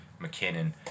McKinnon